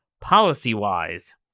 policy-wise